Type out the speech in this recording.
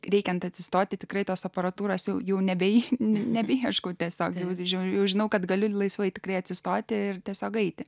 reikiant atsistoti tikrai tos aparatūros jau nebejus nebeieško tiesiogiai o didžioji jau žinau kad galiu laisvai tikri atsistoti ir tiesiog eiti